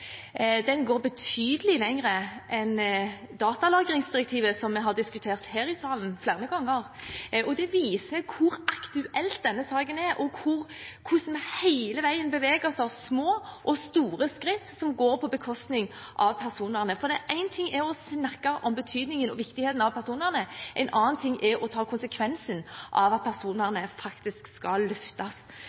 Den går betydelig lenger enn datalagringsdirektivet, som vi har diskutert her i salen flere ganger. Det viser hvor aktuell denne saken er, og hvordan vi hele veien beveger oss med små og store skritt mot det som går på bekostning av personvernet. For én ting er å snakke om betydningen og viktigheten av personvernet, en annen ting er å ta konsekvensen av at personvernet faktisk skal løftes